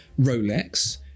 Rolex